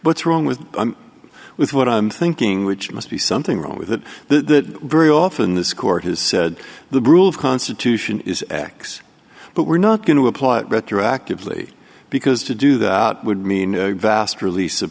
what's wrong with with what i'm thinking which must be something wrong with it the very often this court has said the rule of constitution is x but we're not going to apply it retroactively because to do that would mean vast release of